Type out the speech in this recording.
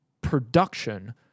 production